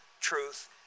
truth